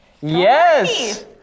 Yes